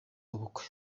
ubukwe